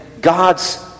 God's